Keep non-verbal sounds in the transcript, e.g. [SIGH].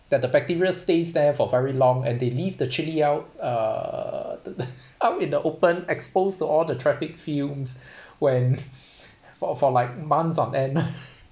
that the bacteria stays there for very long and they leave the chilli out uh the [LAUGHS] out in the open exposed to all the traffic fumes when [LAUGHS] for uh for like months on end